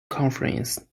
conference